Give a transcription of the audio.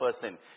person